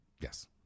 Yes